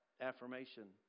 affirmation